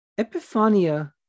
Epiphania